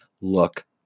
look